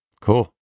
Cool